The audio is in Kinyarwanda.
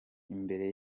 imbere